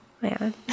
man